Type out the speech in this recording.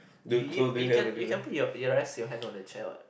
you y~ you can you can put your your rest your hand on the chair what